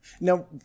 Now